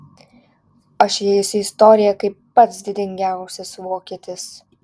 aš įeisiu į istoriją kaip pats didingiausias vokietis